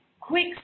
Quick